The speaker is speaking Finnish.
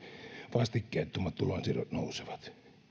vastikkeettomat tulonsiirrot nousevat